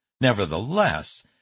Nevertheless